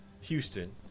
Houston